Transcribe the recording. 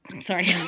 sorry